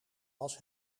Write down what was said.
was